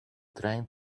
trein